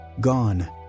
gone